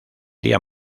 día